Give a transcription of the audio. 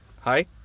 hi